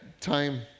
time